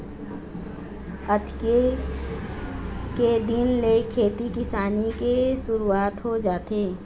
अक्ती के दिन ले खेती किसानी के सुरूवात हो जाथे